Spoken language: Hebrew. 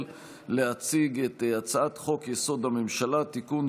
להציג את הצעת חוק-יסוד: הממשלה (תיקון,